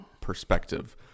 perspective